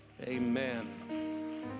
amen